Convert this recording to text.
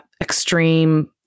extreme